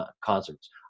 concerts